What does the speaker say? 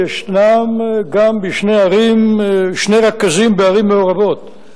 ויש גם שני רכזים בערים מעורבות,